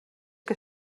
que